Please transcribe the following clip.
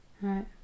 Right